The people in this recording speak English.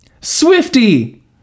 Swifty